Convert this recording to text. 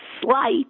slight